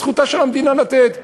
זכותה של המדינה לתת.